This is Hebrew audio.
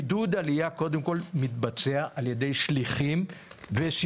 עידוד עלייה קודם כל מתבצע על ידי שליחים ושינשינים,